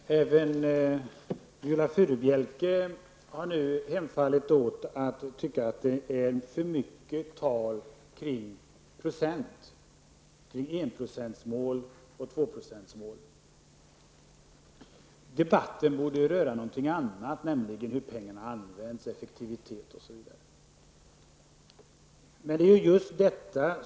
Herr talman! Även Viola Furubjelke har nu hemfallit åt att tycka att det är för mycket tal om procent -- enprocentsmål och tvåprocentsmål. Debatten borde röra något annat, nämligen hur pengarna används, effektivitet osv.